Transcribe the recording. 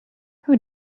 who